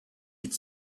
its